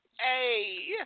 Hey